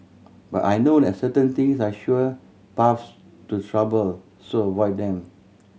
but I know that certain things are sure paths to trouble so avoid them